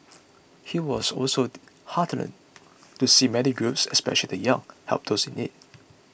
he was also heartened to see many groups especially the young help those in need